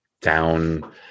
down